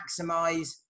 maximize